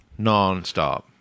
nonstop